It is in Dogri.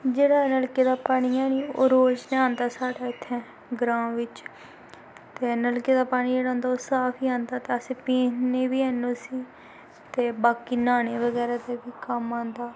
जेह्ड़ा नलके दा पानी है निं ओह् रोज निं औंदा साढ़े इत्थै ग्रांऽ बिच्च ते नलके दा पानी जेह्ड़ा होंदा ओह् साफ गै औंदा अस पीन्ने बी हैन उस्सी ते बाकी न्हौने बगैरा दे बी कम्म औंदा